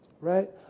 right